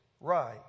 right